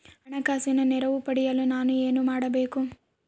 ಹಣಕಾಸಿನ ನೆರವು ಪಡೆಯಲು ನಾನು ಏನು ಮಾಡಬೇಕು?